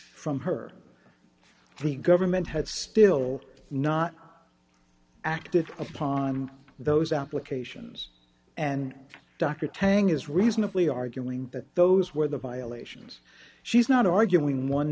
from her the government had still not acted upon those applications and dr tang is reasonably arguing that those were the violations she's not arguing one